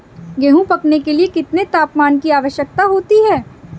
गेहूँ पकने के लिए कितने तापमान की आवश्यकता होती है?